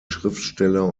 schriftsteller